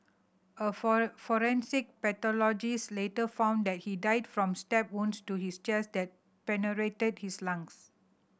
a forensic pathologist later found that he died from stab wounds to his chest that penetrated his lungs